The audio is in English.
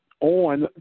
on